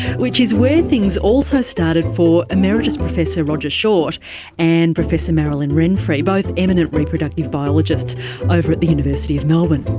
which is where things also started for emeritus professor roger short and professor marilyn renfree, both eminent reproductive biologists over at the university of melbourne.